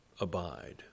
Abide